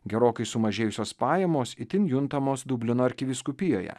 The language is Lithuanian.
gerokai sumažėjusios pajamos itin juntamos dublino arkivyskupijoje